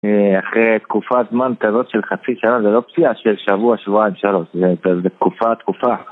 אחרי תקופה זמן כזאת של חצי שנה זה לא פציעה של שבוע, שבועיים שלוש, זה תקופה תקופה